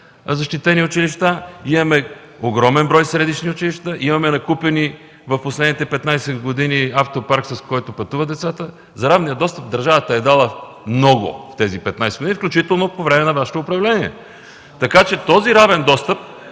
защитени училища, имаме огромен брой средищни училища, имаме закупен през последните 15 години автопарк, с който пътуват децата. За равния достъп държавата е дала много в тези 15 години, включително по време на Вашето управление. (Шум и реплики.) Този равен достъп